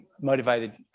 motivated